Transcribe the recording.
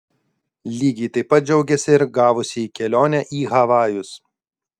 lygiai taip pat džiaugėsi ir gavusieji kelionę į havajus